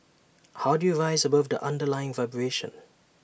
how do you rise above the underlying vibration